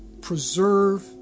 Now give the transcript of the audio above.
preserve